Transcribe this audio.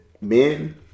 Men